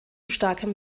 starkem